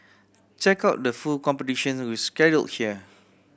check out the full competition schedule here